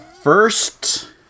first